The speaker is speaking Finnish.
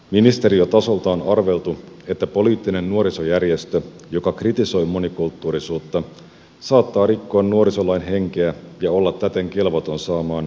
ministeriötasolta on arveltu että poliittinen nuorisojärjestö joka kritisoi monikulttuurisuutta saattaa rikkoa nuorisolain henkeä ja olla täten kelvoton saamaan julkista tukea